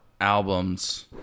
albums